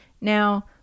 Now